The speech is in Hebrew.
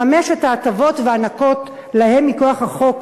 לממש את ההטבות המוענקות לו מכוח חוק